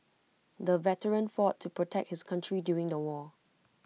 the veteran fought to protect his country during the war